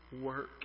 work